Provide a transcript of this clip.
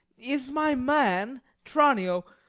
is my man tranio,